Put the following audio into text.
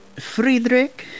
Friedrich